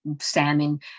salmon